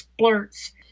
splurts